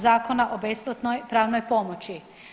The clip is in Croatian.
Zakona o besplatnoj pravnoj pomoći.